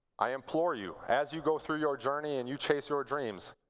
i implore you. as you go through your journey, and you chase your dreams,